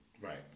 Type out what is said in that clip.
Right